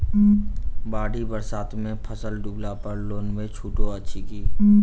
बाढ़ि बरसातमे फसल डुबला पर लोनमे छुटो अछि की